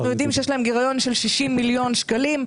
אנחנו יודעים שיש להם גירעון של 60 מיליון שקלים.